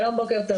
שלום בוקר טוב.